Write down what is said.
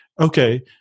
okay